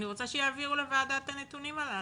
אני רוצה שיעבירו לוועדה את הנתונים הללו.